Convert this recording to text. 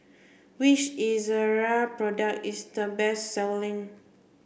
which Ezerra product is the best selling